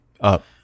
up